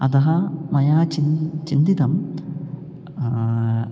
अतः मया चिन्ता चिन्तितं